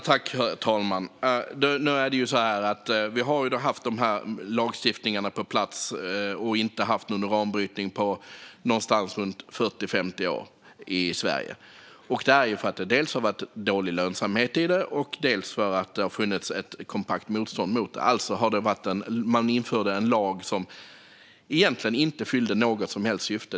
Herr talman! Vi har haft dessa lagstiftningar på plats och inte haft någon uranbrytning på runt 40-50 år i Sverige, dels på grund av dålig lönsamhet, dels för att det har funnits ett kompakt motstånd mot det. Man införde alltså en lag som inte fyllde något som helst syfte.